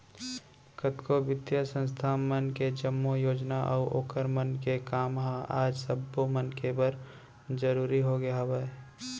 कतको बित्तीय संस्था मन के जम्मो योजना अऊ ओखर मन के काम ह आज सब्बो मनखे बर जरुरी होगे हवय